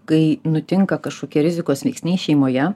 kai nutinka kažkokie rizikos veiksniai šeimoje